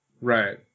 Right